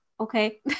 Okay